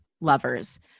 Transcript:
lovers